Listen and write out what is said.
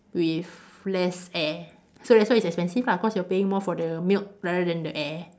with less air so that's why it's expensive lah cause you are paying more for the milk rather than the air